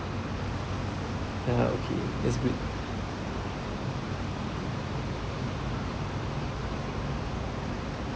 ya okay that's good